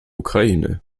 ukraine